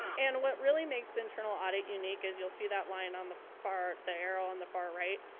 and what really makes internal audit unique is you'll see that line on the far there, on the far right.